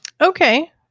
Okay